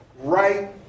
right